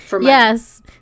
Yes